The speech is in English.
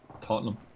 Tottenham